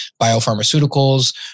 biopharmaceuticals